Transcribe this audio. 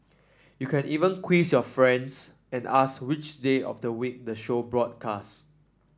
you can even quiz your friends and ask which day of the week the show was broadcast